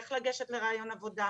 איך לגשת לראיון עבודה,